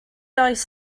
oes